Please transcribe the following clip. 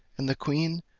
and the queen,